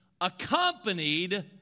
accompanied